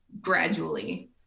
gradually